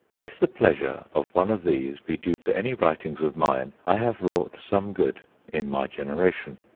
if the pleasure of one of these be due to any writings of mine, i have wrought some good in my generation.